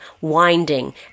winding